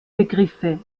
begriffe